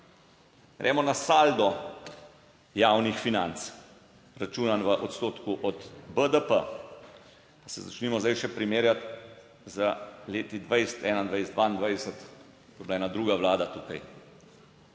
Gremo na saldo javnih financ, računam v odstotku od BDP, se začnimo zdaj še primerjati z leti 2020, 2021, 2022, ko je bila ena druga vlada tukaj.